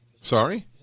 Sorry